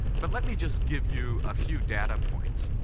but let me just give you a few data points.